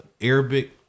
Arabic